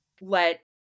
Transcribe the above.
let